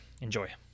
Enjoy